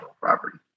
property